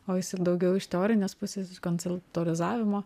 o jis daugiau iš teorinės pusės konceltualizavimo